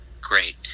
Great